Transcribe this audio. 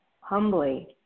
humbly